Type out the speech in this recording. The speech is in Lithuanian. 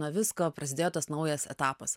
nuo visko prasidėjo tas naujas etapas